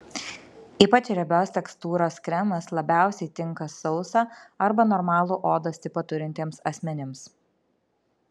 ypač riebios tekstūros kremas labiausiai tinka sausą arba normalų odos tipą turintiems asmenims